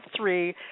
three